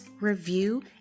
review